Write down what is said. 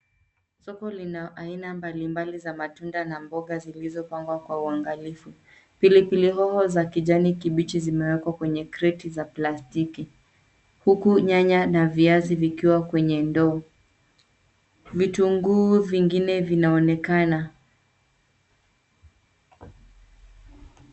Soko lina aina mbalimbali za matunda na mboga zilizopangwa kwa uangalifu. Pilipili hoho za kijani kibichi zimewekwa kwenye kreti za plastiki. Huku nyanya na viazi vikiwa kwenye ndoo. Vitunguu vingine vinaonekana.